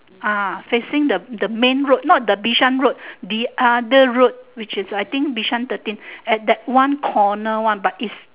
ah facing the the main road not the bishan road the other road which is I think bishan thirteen at that one corner one but is